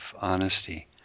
honesty